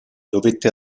dovette